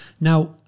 Now